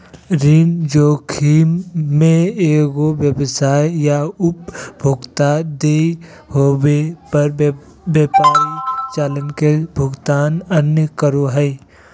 ऋण जोखिम मे एगो व्यवसाय या उपभोक्ता देय होवे पर व्यापारी चालान के भुगतान नय करो हय